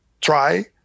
try